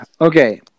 Okay